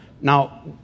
Now